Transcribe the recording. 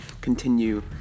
continue